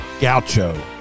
gaucho